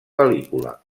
pel·lícula